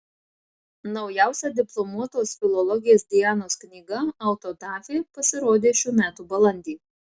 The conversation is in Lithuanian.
naujausia diplomuotos filologės dianos knyga autodafė pasirodė šių metų balandį